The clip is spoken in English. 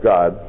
God